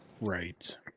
Right